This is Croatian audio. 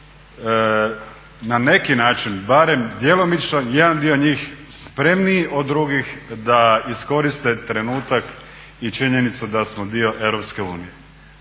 da su bili na neki način barem djelomično, jedan dio njih spremniji od drugih da iskoriste trenutak i činjenicu da smo dio EU. To sam na